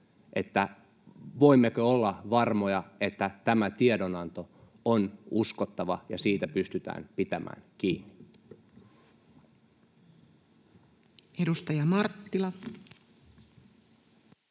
voimmeko olla varmoja, että tämä tiedonanto on uskottava ja siitä pystytään pitämään kiinni. [Speech 222]